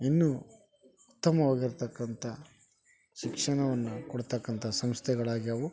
ಇನ್ನೂ ಉತ್ತಮವಾಗಿರ್ತಕ್ಕಂಥ ಶಿಕ್ಷಣವನ್ನು ಕೊಡ್ತಕ್ಕಂಥ ಸಂಸ್ಥೆಗಳಾಗ್ಯಾವೆ